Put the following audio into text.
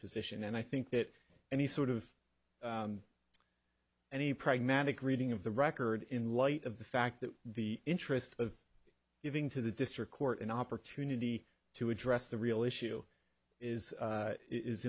position and i think that any sort of any pragmatic reading of the record in light of the fact that the interest of giving to the district court an opportunity to address the real issue is